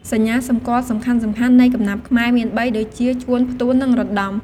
សញ្ញាសម្គាល់សំខាន់ៗនៃកំណាព្យខ្មែរមានបី ដូចជា ជួន ផ្ទួន និង រណ្តំ។